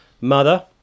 mother